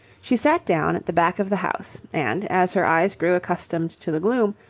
she sat down at the back of the house, and, as her eyes grew accustomed to the gloom,